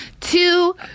Two